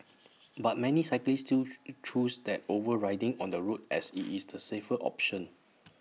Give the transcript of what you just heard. but many cyclists still choose that over riding on the road as IT is the safer option